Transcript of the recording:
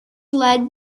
led